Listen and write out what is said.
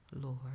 Lord